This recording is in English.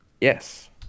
Yes